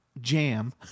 Jam